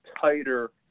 tighter